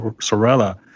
Sorella